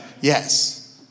Yes